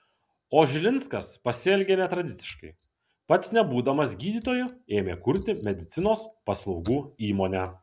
o žilinskas pasielgė netradiciškai pats nebūdamas gydytoju ėmė kurti medicinos paslaugų įmonę